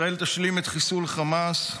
ישראל תשלים את חיסול חמאס,